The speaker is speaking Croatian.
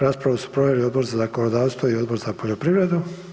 Raspravu su proveli Odbor za zakonodavstvo i Odbor za poljoprivredu.